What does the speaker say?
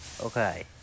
Okay